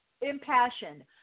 impassioned